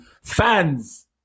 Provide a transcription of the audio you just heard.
fans